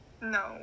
No